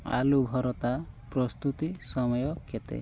ଆଳୁ ଭରତା ପ୍ରସ୍ତୁତି ସମୟ କେତେ